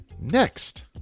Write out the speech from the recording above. Next